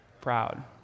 proud